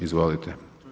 Izvolite.